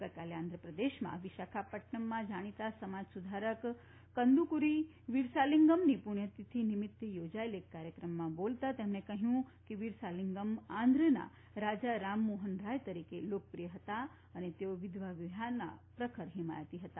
ગઇકાલે આંધ્રપ્રદેશમાં વિશાખાપટ્ટનમમાં જાણીતા સમાજસુધારક કંદુકુરી વીરસાલીંગમની પુણ્યતિથી નિમિત્તે યોજાયેલા એક કાર્યક્રમમાં બોલતાં તેમણે કહ્યું હતું કે વીરસાલીંગમ આંધ્રના રાજા રામમોહનરાય તરીકે લોકપ્રિય હતા અને તેઓ વિધવા વિવાહના પ્રખર હિમાયતી હતા